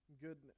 goodness